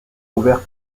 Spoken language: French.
ouvert